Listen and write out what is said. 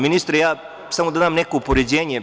Ministre, samo bih da dam neko poređenje.